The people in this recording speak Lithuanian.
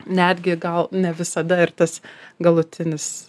netgi gal ne visada ir tas galutinis